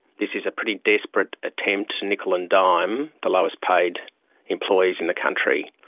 this is a pretty desperate attempt to nickel and dime the lowest paid employees in the country.